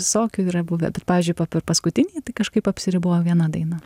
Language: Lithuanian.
visokių yra buvę pavyzdžiui po per paskutinį tai kažkaip apsiribojau viena daina